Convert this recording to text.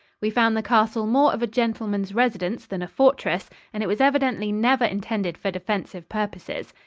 we found the castle more of a gentleman's residence than a fortress, and it was evidently never intended for defensive purposes.